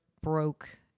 broke